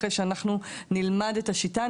אחרי שאנחנו נלמד את השיטה,